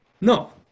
No